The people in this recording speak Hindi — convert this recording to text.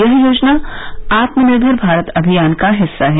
यह योजना आत्मनिर्भर भारत अभियान का हिस्सा है